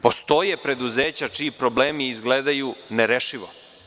Postoje preduzeća čiji problemi izgledaju nerešivo.